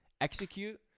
Execute